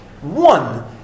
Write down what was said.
one